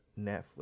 netflix